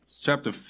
Chapter